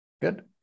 Good